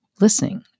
listening